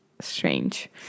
strange